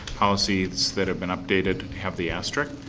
policies that have been updated have the asterisk.